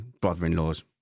brother-in-laws